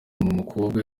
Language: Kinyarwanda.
mukobwa